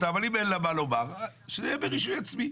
אם אין לה מה לומר שיהיה ברישוי עצמי.